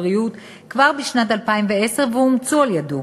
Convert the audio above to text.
הבריאות כבר בשנת 2010 ואומצו על-ידו.